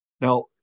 Now